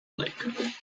lake